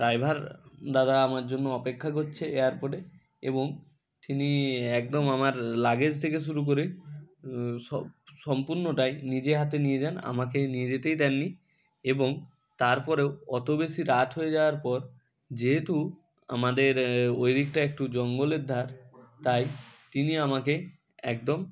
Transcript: driver দাদা আমার জন্য অপেক্ষা করছে এয়ারপোর্টে এবং তিনি একদম আমার লাগেজ থেকে শুরু করে সব সম্পূর্ণটাই নিজে হাতে নিয়ে যান আমাকে নিয়ে যেতেই দেন নি এবং তারপরেও অতো বেশি রাত হয়ে যাওয়ার পর যেহেতু আমাদের ওই দিকটা একটু জঙ্গলের ধার তাই তিনি আমাকে একদম